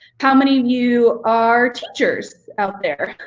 how many of you are teachers out there?